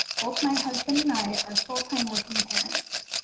both my husband and i are full time working parents.